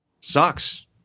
sucks